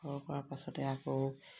সৰহ কৰাৰ পাছতে আকৌ